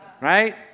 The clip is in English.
right